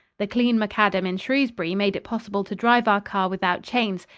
the clean macadam in shrewsbury made it possible to drive our car without chains,